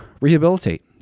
rehabilitate